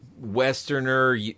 Westerner